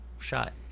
shot